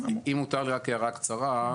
אם מותר רק הערה קצרה.